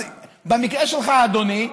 אז במקרה שלך, אדוני,